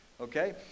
okay